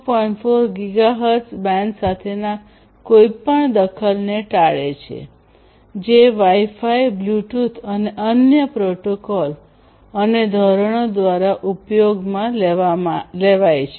4 gigahertz band સાથેના કોઈપણ દખલને ટાળે છે જે Wi Fi બ્લૂટૂથ અને અન્ય પ્રોટોકોલ અને ધોરણો દ્વારા ઉપયોગમાં લેવાય છે